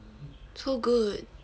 so good